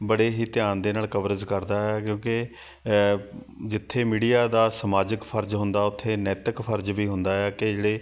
ਬੜੇ ਹੀ ਧਿਆਨ ਦੇ ਨਾਲ ਕਵਰੇਜ ਕਰਦਾ ਹੈ ਕਿਉਂਕਿ ਜਿੱਥੇ ਮੀਡੀਆ ਦਾ ਸਮਾਜਿਕ ਫਰਜ਼ ਹੁੰਦਾ ਉੱਥੇ ਨੈਤਿਕ ਫਰਜ਼ ਵੀ ਹੁੰਦਾ ਹੈ ਕਿ ਜਿਹੜੇ